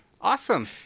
Awesome